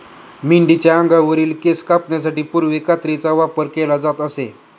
मेंढीच्या अंगावरील केस कापण्यासाठी पूर्वी कात्रीचा वापर केला जात असे